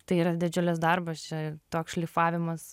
tai yra didžiulis darbas čia toks šlifavimas